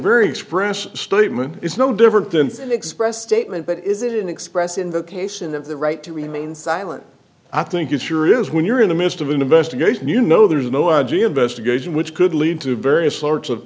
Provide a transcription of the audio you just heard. very expressive statement it's no different than to express statement but is it an express invocation of the right to remain silent i think it sure is when you're in the midst of an investigation you know there's no i g investigation which could lead to various sorts of